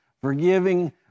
forgiving